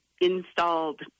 installed